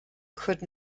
could